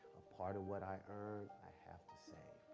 part of what i earned, i have to save.